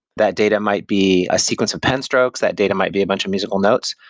that data might be a sequence of pen strokes, that data might be a bunch of musical notes,